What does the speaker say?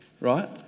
right